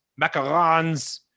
macarons